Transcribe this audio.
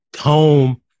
home